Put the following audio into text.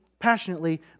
passionately